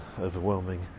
overwhelming